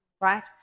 right